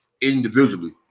individually